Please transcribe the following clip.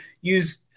use